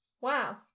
Wow